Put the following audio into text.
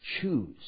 choose